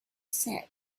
said